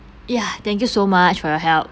ya thank you so much for your help